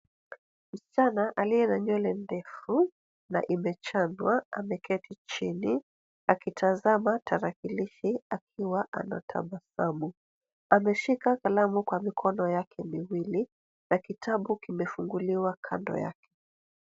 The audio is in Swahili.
Msichana aliye na nywele ndefu na imechanwa, ameketi chini, akitazama tarakilishi akiwa anatabasamu. Ameshika kalamu kwa mikono yake miwili, na kitabu kimefunguliwa kando yake.